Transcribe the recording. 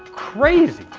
crazy.